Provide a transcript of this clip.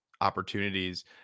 opportunities